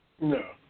No